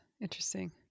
Interesting